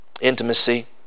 intimacy